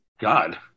God